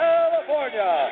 California